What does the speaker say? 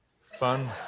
Fun